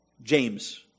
James